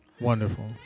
Wonderful